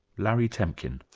larry temkin.